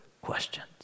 questions